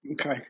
okay